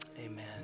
Amen